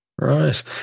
Right